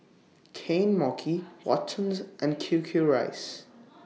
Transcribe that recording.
Kane Mochi Watsons and Q Q Rice